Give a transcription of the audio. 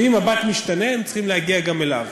ואם ה-BAT משתנה הם צריכים להגיע גם אליו.